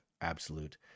absolute